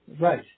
Right